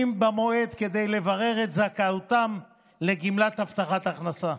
במועד כדי לברר את זכאותם לגמלת הבטחת הכנסה.